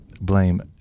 blame